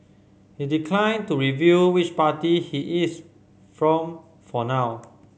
he declined to reveal which party he is from for now